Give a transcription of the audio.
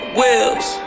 wheels